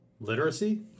Literacy